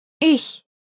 Ich